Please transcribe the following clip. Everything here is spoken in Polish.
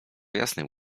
jasnych